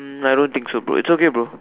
um I don't think so bro it's okay bro